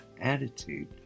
attitude